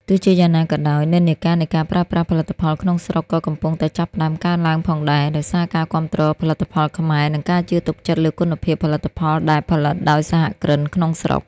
ទោះជាយ៉ាងណាក៏ដោយ និន្នាការនៃការប្រើប្រាស់ផលិតផលក្នុងស្រុកក៏កំពុងតែចាប់ផ្ដើមកើនឡើងផងដែរ ដោយសារការគាំទ្រផលិតផលខ្មែរ និងការជឿទុកចិត្តលើគុណភាពផលិតផលដែលផលិតដោយសហគ្រិនក្នុងស្រុក។